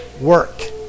work